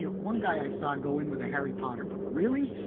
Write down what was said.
you know one guy i saw go in with a harry potter book. really?